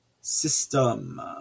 system